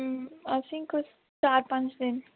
असेंईं कुछ चार पंज दिन